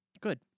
Good